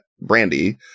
brandy